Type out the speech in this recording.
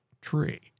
tree